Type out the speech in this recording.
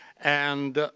and